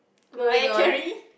moving on